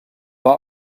war